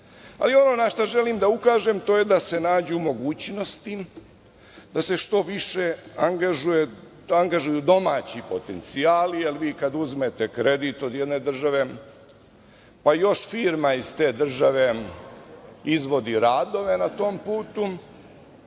ali ono na šta želim da ukažem je da se nađu mogućnosti da se što više angažuju domaći potencijali, jer vi kad uzmete kredit od jedne države, pa još firma iz te države izvodi radove na tom putu,